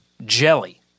jelly